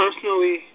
Personally